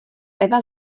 eva